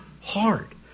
hard